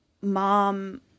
mom